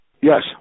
Yes